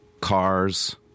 cars